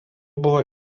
buvo